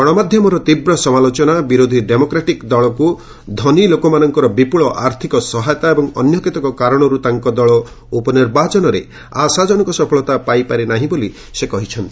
ଗଣମାଧ୍ୟମର ତୀବ୍ର ସମାଲୋଚନା ବିରୋଧୀ ଡେମୋକ୍ରାଟିକ୍ ଦଳକୁ ଧନୀଲୋକମାନଙ୍କର ବିପୁଳ ଆର୍ଥିକ ସହାୟତା ଏବଂ ଅନ୍ୟ କେତେକ କାରଣରୁ ତାଙ୍କ ଦଳ ଉପନିର୍ବାଚନରେ ଆଶାଜନକ ସଫଳତା ପାଇ ନାହିଁ ବୋଲି ସେ କହିଛନ୍ତି